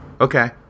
Okay